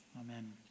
Amen